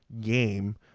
game